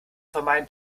vermeiden